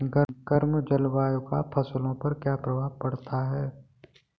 गर्म जलवायु का फसलों पर क्या प्रभाव पड़ता है?